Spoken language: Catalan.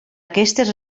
aquestes